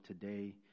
today